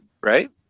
Right